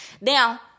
now